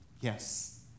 Yes